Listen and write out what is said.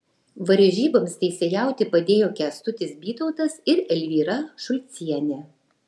varžyboms teisėjauti padėjo kęstutis bytautas ir elvyra šulcienė